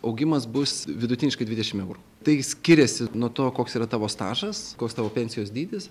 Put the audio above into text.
augimas bus vidutiniškai dvidešim eurų tai skiriasi nuo to koks yra tavo stažas koks tavo pensijos dydis